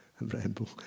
ramble